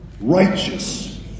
Righteous